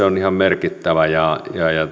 on ihan merkittävä